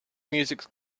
music